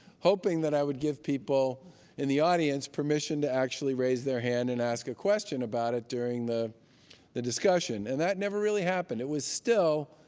hoping that i would give people in the audience permission to actually raise their hand and ask a question about it during the the discussion. and that never really happened. it was still